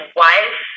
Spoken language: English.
wife